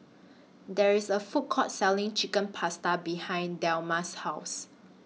There IS A Food Court Selling Chicken Pasta behind Delmas' House